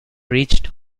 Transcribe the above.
reached